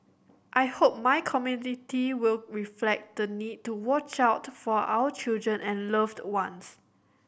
i hope my community will reflect the need to watch out for our children and loved ones